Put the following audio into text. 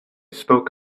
spoke